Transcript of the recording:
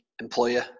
employer